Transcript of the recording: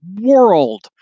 world